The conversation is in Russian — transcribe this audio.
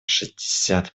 шестьдесят